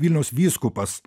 vilniaus vyskupas